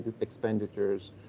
expenditures